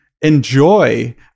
enjoy